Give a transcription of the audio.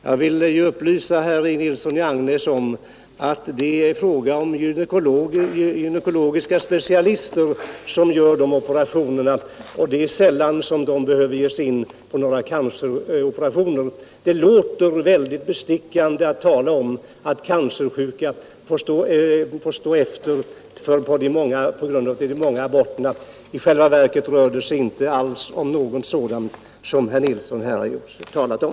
Jag vill upplysa herr Nilsson i Agnäs om att det är gynekologiska specialister som gör dessa operationer, och de behöver sällan utföra några canceroperationer. Det låter väldigt bestickom att vården av cancersjuka människor får stå efter på grund av de många aborterna. I själva verket rör det sig inte alls om något ande när det ta sådant som herr Nilsson här har talat om.